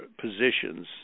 positions